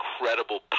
incredible